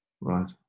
Right